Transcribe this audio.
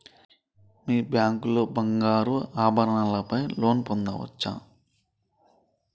మీ bank లో బంగారు ఆభరణాల పై లోన్ పొందచ్చా?